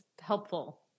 helpful